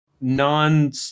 non